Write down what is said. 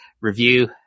review